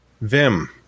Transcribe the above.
Vim